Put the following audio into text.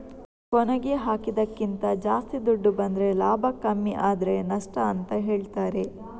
ಕೊನೆಗೆ ಹಾಕಿದ್ದಕ್ಕಿಂತ ಜಾಸ್ತಿ ದುಡ್ಡು ಬಂದ್ರೆ ಲಾಭ ಕಮ್ಮಿ ಆದ್ರೆ ನಷ್ಟ ಅಂತ ಹೇಳ್ತಾರೆ